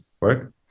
work